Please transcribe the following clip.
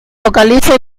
localiza